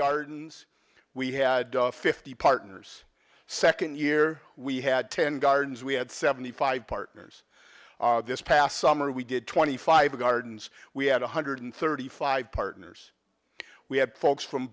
gardens we had fifty partners second year we had ten gardens we had seventy five partners this past summer we did twenty five gardens we had one hundred thirty five partners we had folks from